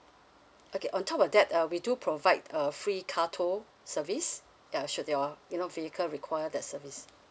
okay on top of that uh we do provide uh free car toll service ya ensured they were you know if they could require that service